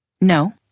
No